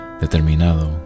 determinado